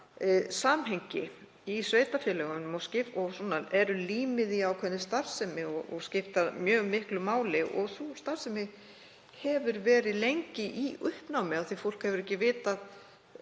samhengi í sveitarfélögunum og er límið í ákveðinni starfsemi og skiptir mjög miklu máli. Sú starfsemi hefur verið lengi í uppnámi af því að fólk hefur ekki vitað